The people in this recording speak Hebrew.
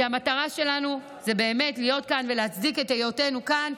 כי המטרה שלנו זה באמת להיות כאן ולהצדיק את היותנו כאן,